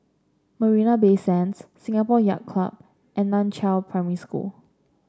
Marina Bay Sands Singapore Yacht Club and Nan Chiau Primary School